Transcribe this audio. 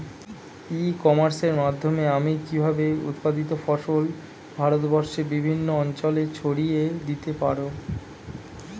ই কমার্সের মাধ্যমে আমি কিভাবে উৎপাদিত ফসল ভারতবর্ষে বিভিন্ন অঞ্চলে ছড়িয়ে দিতে পারো?